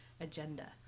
agenda